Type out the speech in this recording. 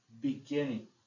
beginning